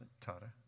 Tata